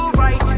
right